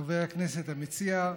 חבר הכנסת המציע,